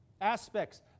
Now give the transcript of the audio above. aspects